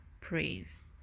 praise